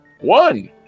One